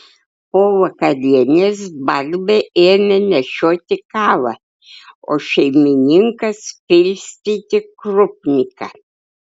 po vakarienės barbė ėmė nešioti kavą o šeimininkas pilstyti krupniką